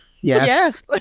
Yes